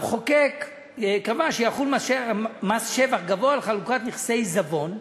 המחוקק קבע שיחול מס שבח גבוה על חלוקת מכסי עיזבון,